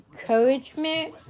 encouragement